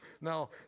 Now